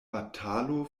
batalo